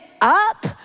up